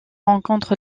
rencontre